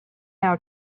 how